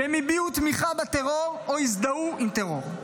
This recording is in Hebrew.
שהם הביעו תמיכה בטרור או הזדהו עם טרור.